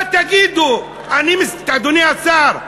מה תגידו, אדוני השר?